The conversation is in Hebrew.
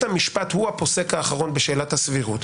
המשפט הוא הפוסק העליון בשאלת הסבירות,